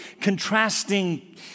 contrasting